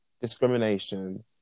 discrimination